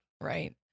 Right